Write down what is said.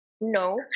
No